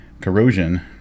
Corrosion